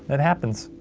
and happens.